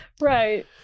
Right